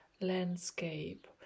landscape